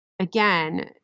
again